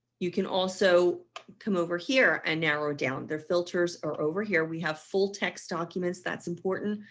you can also come over here and narrow down their filters are over here we have full text documents. that's important,